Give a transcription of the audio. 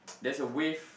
there's a wave